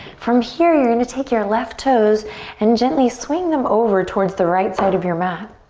from here you're gonna take your left toes and gently swing them over towards the right side of your mat.